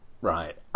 right